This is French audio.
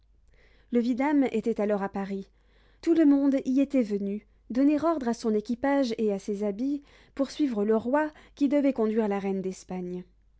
le vidame était alors à paris tout le monde y était venu donner ordre à son équipage et à ses habits pour suivre le roi qui devait conduire la reine d'espagne